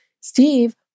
Steve